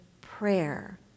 prayer